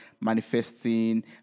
manifesting